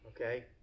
Okay